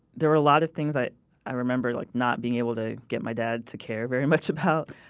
there were a lot of things i i remember like not being able to get my dad to care very much about